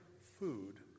food